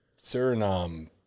Suriname